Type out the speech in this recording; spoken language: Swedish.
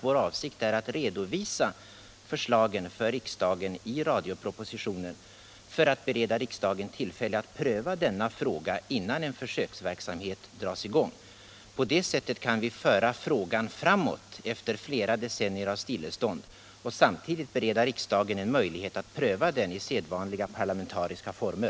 Vår avsikt är att redovisa förslagen för riksdagen i radiopropositionen för att bereda riksdagen tillfälle att pröva denna fråga innan en försöksverksamhet dras i gång. På det sättet kan vi föra frågan framåt efter flera decennier av stillestånd och samtidigt bereda riksdagen en möjlighet att pröva den i sedvanliga parlamentariska former.